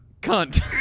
cunt